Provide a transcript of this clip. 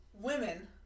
women